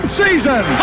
season